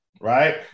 right